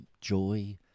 joy